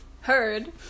heard